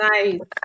Nice